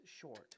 short